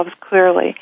Clearly